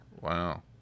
Wow